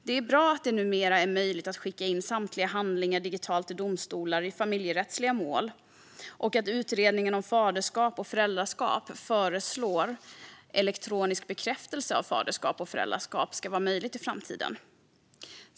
Det är bra att det numera är möjligt att skicka in samtliga handlingar digitalt till domstolar i familjerättsliga mål och att Utredningen om faderskap och föräldraskap föreslår att det i framtiden ska vara möjligt med elektronisk bekräftelse av faderskap och föräldraskap.